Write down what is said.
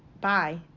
bye